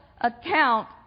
account